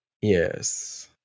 Yes